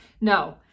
No